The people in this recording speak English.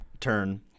turn